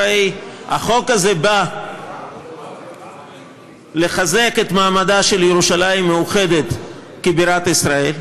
הרי החוק הזה נועד לחזק את מעמדה של ירושלים מאוחדת כבירת ישראל,